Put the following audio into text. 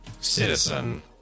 Citizen